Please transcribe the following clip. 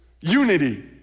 unity